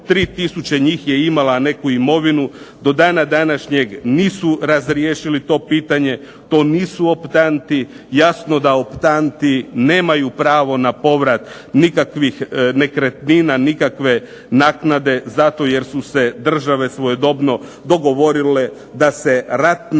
3000 njih je imala neku imovinu. Do dana današnjeg nisu razriješili to pitanje. To nisu optanti. Jasno da optanti nemaju pravo na povrat nikakvih nekretnina, nikakve naknade zato jer su se države svojedobno dogovorile da se ratna šteta